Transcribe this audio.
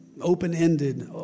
open-ended